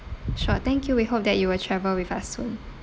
sure thank you we hope that you will travel with us soon